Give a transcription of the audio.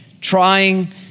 trying